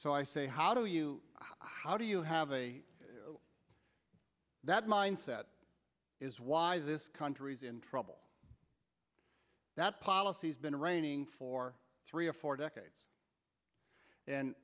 so i say how do you how do you have a that mindset is why this country's in trouble that policy's been raining for three or four decades and